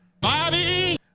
Bobby